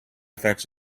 effects